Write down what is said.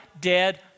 dead